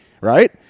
right